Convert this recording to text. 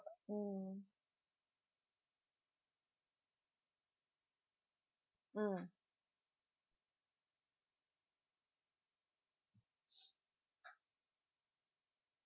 mm mm